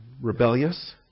rebellious